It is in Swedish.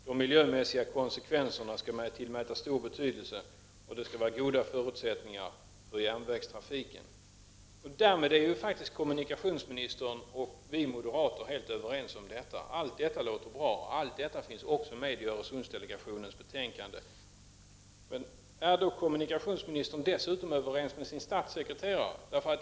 De miljömässiga konsekvenserna skall tillmätas stor betydelse. Det skall bli goda förutsättningar för järnvägstrafiken. Därmed är ju faktiskt kommunikationsministern och vi moderater helt överens om detta. Allt detta låter bra, och det finns också med i Öresundsdelegationens betänkande. Är kommunikationsministern dessutom överens med sin statssekreterare?